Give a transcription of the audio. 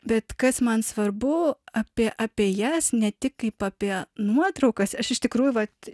bet kas man svarbu apie apie jas ne tik kaip apie nuotraukas aš iš tikrųjų vat